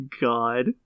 god